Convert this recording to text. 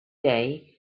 day